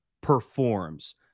performs